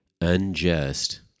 unjust